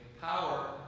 power